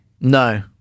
No